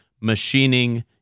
machining